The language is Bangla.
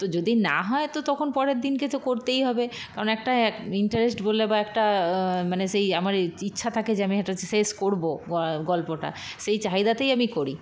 তো যদি না হয় তো তখন পরের দিনকে তো করতেই হবে কারণ একটা ইন্টারেস্ট বলে বা একটা মানে সেই আমার ইচ্ছা থাকে যে আমি ওটা শেষ করব গ গল্পটা সেই চাহিদাতেই আমি করি